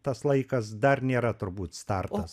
tas laikas dar nėra turbūt startas